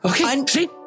okay